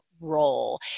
role